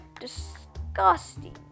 disgusting